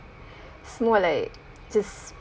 is more like just